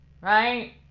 right